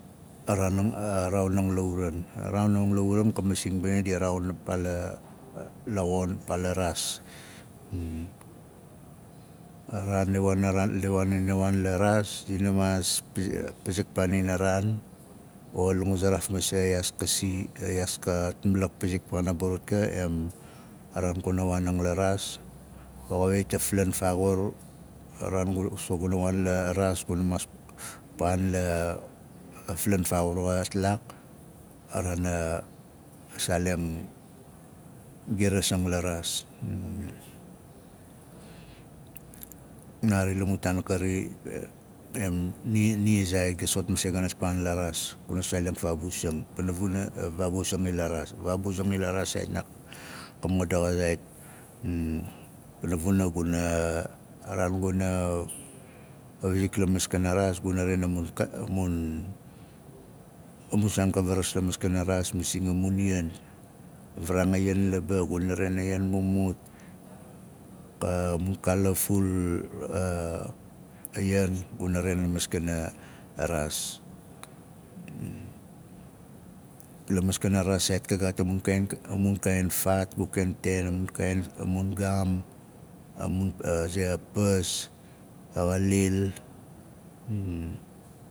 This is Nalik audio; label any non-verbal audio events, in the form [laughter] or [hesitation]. Ang la uran a raaun laa ruan ka masing bani di raaun a paa laalaxon paa la raas [hesitation] a raan ila waan laraas dina maas pizik waania ra a raan ila- la waan inaraan o la nguzaraaf masei yaas kasi a yaas kat malak pizik paana burut ka em a raan kuna waanang la raas o xawit a flan faaxur a raan gu- guna waan la raas guna maas girazing la raas naari la mun taan kari em ni- ni zaat gai soxot masei gamat paan la raas pana saaleng faabusing ila raas saait [unintelligible] ka mo- mo daxa zaut [hesitation] pana vuna guna a raan guna wizik la maskana raas guna raain a kaa- a mun saan ka a varaanga lan laba guna raam a lan mumut ka- mu kaala a- a ian guna ren la maskana raas [hesitation] la maskana raas saait ka gaat ka gaat a mu kaain a mu kaain faat gu ken ten o mun gaam a ze a pas a xalil [hesitation]